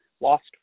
lost